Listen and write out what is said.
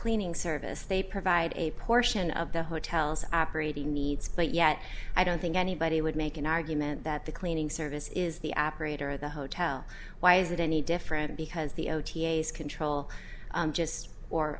cleaning service they provide a portion of the hotel's operating needs but yet i don't think anybody would make an argument that the cleaning service is the app rate or the hotel why is it any different because the o t control just or